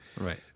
Right